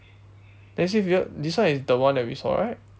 then you see if you want this one is the one that we saw right